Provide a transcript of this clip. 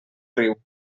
riu